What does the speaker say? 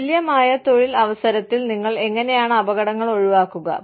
തുല്യമായ തൊഴിൽ അവസരത്തിൽ നിങ്ങൾ എങ്ങനെയാണ് അപകടങ്ങൾ ഒഴിവാക്കുക